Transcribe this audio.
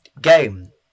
game